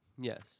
Yes